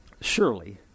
Surely